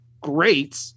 great